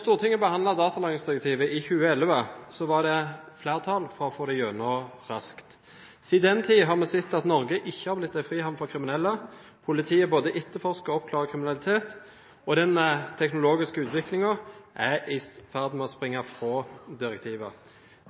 Stortinget behandlet datalagringsdirektivet i 2011 var det flertall for å få det igjennom raskt. Siden den tid har vi sett at Norge ikke har blitt en frihavn for kriminelle, politiet både etterforsker og oppklarer kriminalitet, og den teknologiske utviklingen er i ferd med å springe fra direktivet.